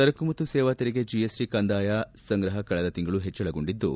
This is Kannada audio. ಸರಕು ಮತ್ತು ಸೇವಾ ತೆರಿಗೆ ಜಿಎಸ್ಟಿ ಕಂದಾಯ ಸಂಗ್ರಹ ಕಳೆದ ತಿಂಗಳು ಹೆಚ್ಚಳಗೊಂಡಿದ್ದು